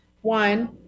one